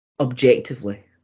objectively